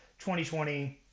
2020